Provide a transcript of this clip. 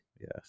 Yes